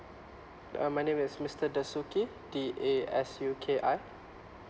uh my name is mister dasuki D A S U K I